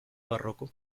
barroco